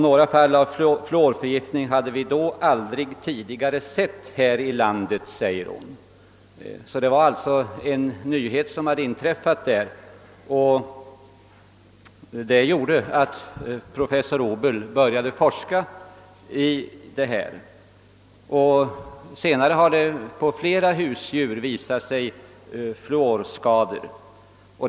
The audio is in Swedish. Några fall av fluorförgiftning hade vi aldrig tidigare sett här i landet, förklarade professor Obel. Någonting nytt hade alltså inträffat, och det föranledde professor Obel att börja forska i dessa ting. Senare har fluorskador kunnat påvisas hos flera husdjur.